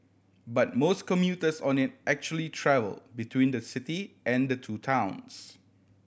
but most commuters on it actually travel between the city and the two towns